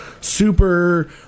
super